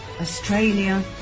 Australia